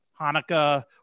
Hanukkah